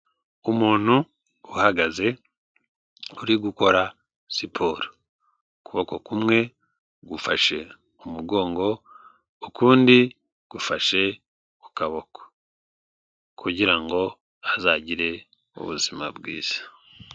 Umuntu uhagaze uri gukora siporo ukuboko kumwe gufashe umugongo, ukundi gufashe kukaboko kugira ngo azagire ubuzima bwiza.